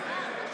דבש